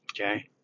okay